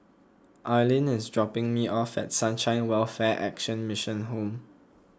Arlyn is dropping me off at Sunshine Welfare Action Mission Home